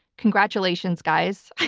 congratulations, guys.